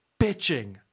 bitching